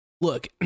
Look